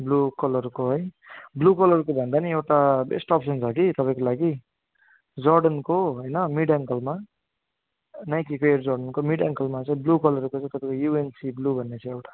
blue कलरको है blue कलरको भन्दा नि एउटा बेस्ट अप्सन छ कि तपईँको लागि जर्डनको होइन मिड एङ्कलमा नाइकीकै जर्डनको मिड एङ्कलमा चाहिँ ब्लू कलरको चाहिँ तपईको युएनसी ब्लू भन्ने छ एउटा